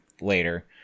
later